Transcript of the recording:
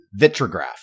Vitrograph